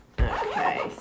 Okay